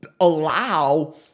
allow